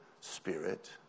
spirit